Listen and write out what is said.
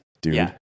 Dude